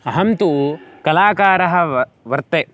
अहं तु कलाकारः वा वर्ते